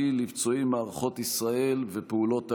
לפצועי מערכות ישראל ופעולות האיבה.